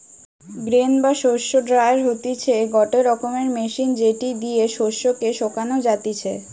grain বা শস্য dryer হতিছে গটে রকমের মেশিন যেটি দিয়া শস্য কে শোকানো যাতিছে